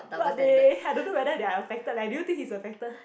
but they I don't know whether they are affected leh do you think he's affected